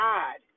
God